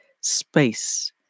space